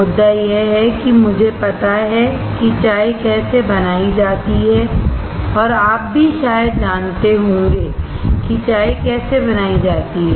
मुद्दा यह है कि मुझे पता है कि चाय कैसे बनाई जाती है और आप भी शायद जानते होंगे कि चाय कैसे बनाई जाती है